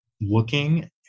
looking